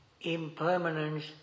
impermanence